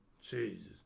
Jesus